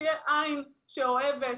שתהיה עין אוהבת,